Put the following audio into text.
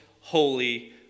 holy